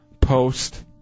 post